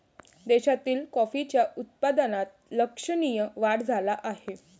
देशातील कॉफीच्या उत्पादनात लक्षणीय वाढ झाला आहे